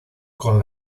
con